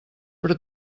però